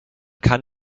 kann